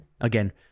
Again